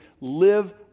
live